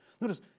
Notice